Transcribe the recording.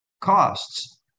costs